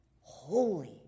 holy